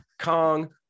Kong